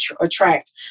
attract